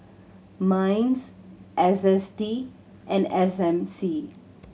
MINDS S S T and S M C